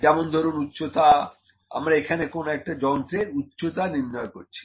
যেমন ধরুন উচ্চতা আমি এখানে কোন একটা যন্ত্রের উচ্চতা নির্ণয় করছি